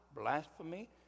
blasphemy